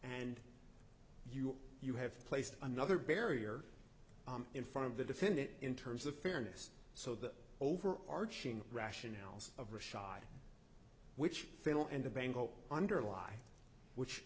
and you you have placed another barrier in front of the defendant in terms of fairness so the overarching rationales of rashad which fail and the bangle underlie which